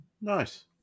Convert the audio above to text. Nice